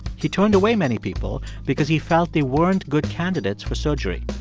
he turned away many people because he felt they weren't good candidates for surgery.